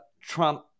Trump